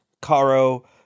caro